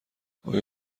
آیا